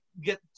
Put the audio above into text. Get